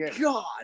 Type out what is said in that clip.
God